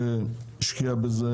שהשקיע בזה,